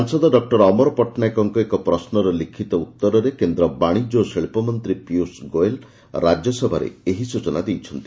ସାଂସଦ ଡକୁର ଅମର ପଟ୍ଟନାୟକଙ୍କ ଏକ ପ୍ରଶୁର ଲିଖ୍ବତ ଉତ୍ତରରେ କେନ୍ଦ ବାଶିକ୍ୟ ଓ ଶିକ୍ଷମନ୍ତୀ ପୀୟୁଷ ଗୋଏଲ୍ ରାକ୍ୟସଭାରେ ଏହି ସୂଚନା ଦେଇଛନ୍ତି